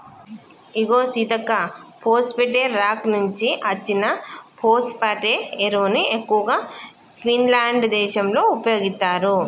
ఇగో సీతక్క పోస్ఫేటే రాక్ నుంచి అచ్చిన ఫోస్పటే ఎరువును ఎక్కువగా ఫిన్లాండ్ దేశంలో ఉపయోగిత్తారు